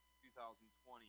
2020